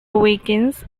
awakens